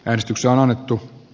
risto salonen t u